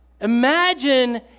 Imagine